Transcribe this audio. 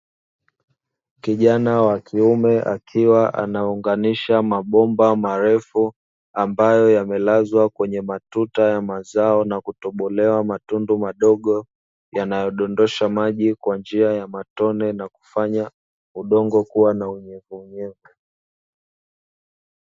Kijana wa kiume akiwa anaunganisha mabomba marefu ambayo yamelazwa kwenye matuta ya mazao, na kutobolewa matundu madogo yanayodondosha maji kwa njia ya matone, na kufanya udongo kuwa na unyevunyevu.